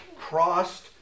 crossed